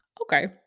Okay